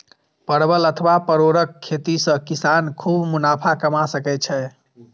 परवल अथवा परोरक खेती सं किसान खूब मुनाफा कमा सकै छै